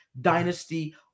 dynasty